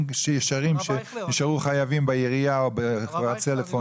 ישרים שנשארו חייבים בעירייה או בחברת טלפון?